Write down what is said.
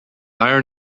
iron